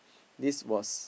this was